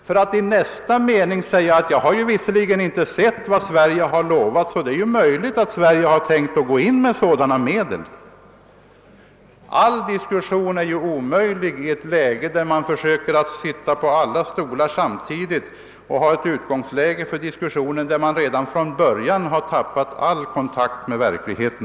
Men i nästa mening säger hon att hon inte vet vad Sverige har lovat men att det är möjligt att Sverige ämnar göra sådana utfästelser. En diskussion där man samtidigt försöker sitta på alla stolar tappar all kontakt med verkligheten.